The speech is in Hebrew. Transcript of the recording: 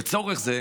לצורך זה